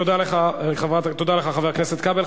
תודה לך, חבר הכנסת כבל.